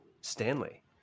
Stanley